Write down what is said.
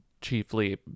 chiefly